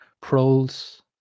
Proles